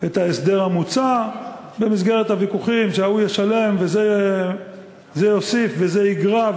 את ההסדר המוצע במסגרת הוויכוחים שההוא ישלם וזה יוסיף וזה יגרע,